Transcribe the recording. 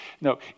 No